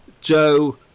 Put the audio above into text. Joe